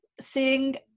seeing